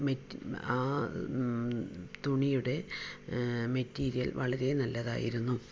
met ആ തുണിയുടെ material വളരെ നല്ലതായിരുന്നു